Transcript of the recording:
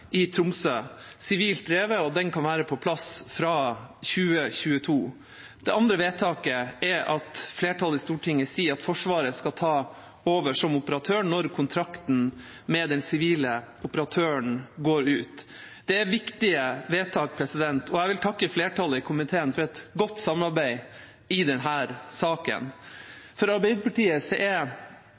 andre vedtaket er at flertallet i Stortinget sier at Forsvaret skal ta over som operatør når kontrakten med den sivile operatøren går ut. Det er viktige vedtak, og jeg vil takke flertallet i komiteen for et godt samarbeid i denne saken. For Arbeiderpartiet